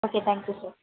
okay thank you sir